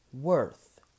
worth